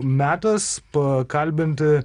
metas pakalbinti